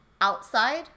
outside